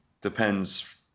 depends